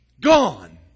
gone